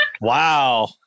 Wow